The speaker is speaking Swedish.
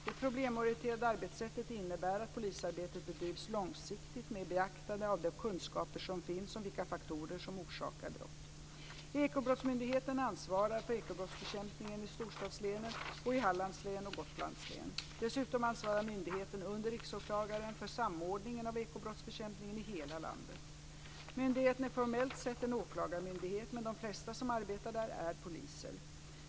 Det problemorienterade arbetssättet innebär att polisarbetet bedrivs långsiktigt med beaktande av de kunskaper som finns om vilka faktorer som orsakar brott. Ekobrottsmyndigheten ansvarar för ekobrottsbekämpningen i storstadslänen och i Hallands län och Gotlands län. Dessutom ansvarar myndigheten, under Riksåklagaren, för samordningen av ekobrottsbekämpningen i hela landet. Myndigheten är formellt sett en åklagarmyndighet, men de flesta som arbetar där är poliser.